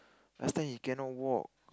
last time he cannot walk